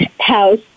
house